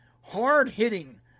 hard-hitting